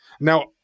Now